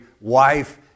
wife